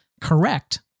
correct